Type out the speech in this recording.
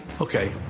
Okay